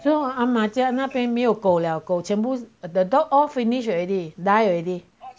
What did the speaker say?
so 阿妈家那边没有狗了狗全部 at the dog all finish already die already